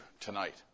tonight